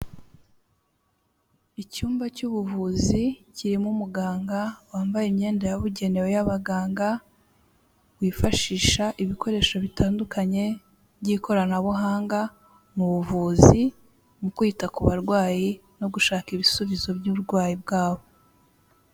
Icyumba cy'ubuvuzi kirimo umuganga wambaye imyenda yabugenewe y'abaganga, wifashisha ibikoresho bitandukanye by'ikoranabuhanga mu buvuzi mu kwita ku barwayi no gushaka ibisubizo by'uburwayi bwabo.